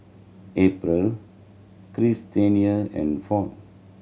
April Christena and Ford